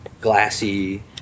glassy